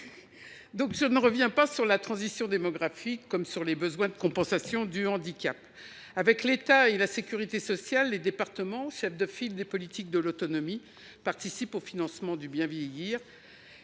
Blanc. Je ne reviendrai pas sur la transition démographique ni sur les besoins liés à la compensation du handicap. Avec l’État et la sécurité sociale, les départements, chefs de file des politiques de l’autonomie, participent au financement du bien vieillir,